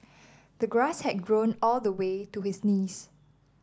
the grass had grown all the way to his knees